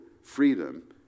freedom